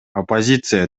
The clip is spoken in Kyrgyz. оппозиция